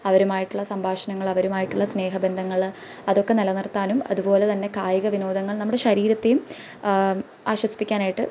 അവരുമായിട്ടുള്ള സംഭാഷണങ്ങൾ അവരും ആയിട്ടുള്ള സ്നേഹബന്ധങ്ങൾ അതൊക്കെ നിലനിർത്താനും അതുപോലെ തന്നെ കായിക വിനോദങ്ങൾ നമ്മുടെ ശരീരത്തെയും ആശ്വസിപ്പിക്കാനായിട്ട്